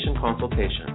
consultation